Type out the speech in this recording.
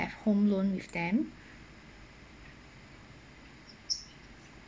have home loan with them